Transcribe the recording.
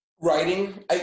Writing